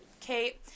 Kate